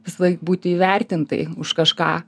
visąlaik būti įvertintai už kažką